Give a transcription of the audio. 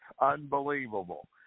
unbelievable